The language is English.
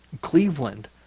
Cleveland